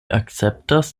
akceptas